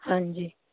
ਹਾਂਜੀ